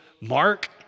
Mark